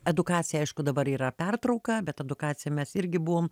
edukacija aišku dabar yra pertrauka bet edukacija mes irgi buvom